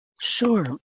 Sure